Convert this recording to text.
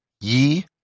ye